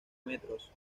metros